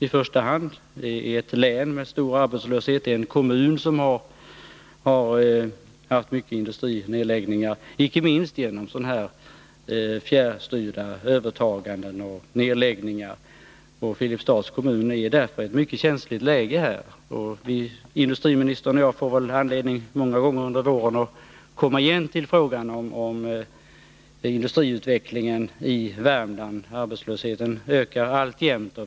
Det gäller ju ett län med stor arbetslöshet, en kommun som har haft många industrinedläggningar — icke minst genom fjärrstyrda övertaganden och nedläggningar. Filipstads kommun är därför i ett mycket känsligt läge. Industriministern och jag får väl många gånger under våren anledning att återkomma till frågan om industriutvecklingen i Värmland. Arbetslösheten ökar ju alltjämt.